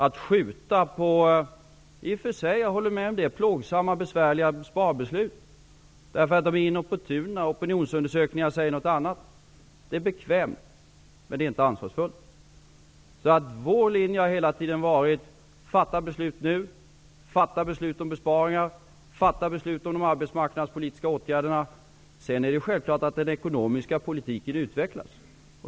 Att skjuta på i och för sig -- jag håller med om det -- plågsamma och besvärliga sparbeslut därför att de är inopportuna och att opinionsundersökningarna säger någonting annat är bekvämt, men det är inte ansvarsfullt. Vår linje har hela tiden varit: fatta beslut nu, fatta beslut om besparingar, fatta beslut om de arbetsmarknadspolitiska åtgärderna. Sedan är det självklart att den ekonomiska politiken utvecklas.